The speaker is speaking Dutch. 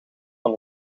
van